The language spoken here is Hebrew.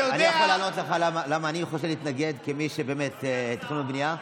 אני יכול לענות לך למה אני חושב להתנגד כמי שבאמת בתכנון ובנייה?